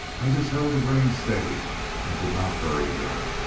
i just held the rein steady and did not hurry him,